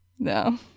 No